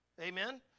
Amen